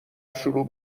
شروع